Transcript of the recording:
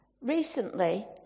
Recently